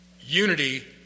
unity